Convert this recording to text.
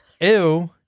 ew